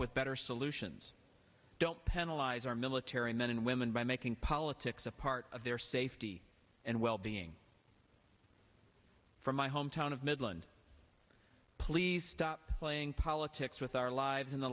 with better solutions don't penalize our military men and women by making politics a part of their safety and well being from my hometown of midland please stop playing politics with our lives in the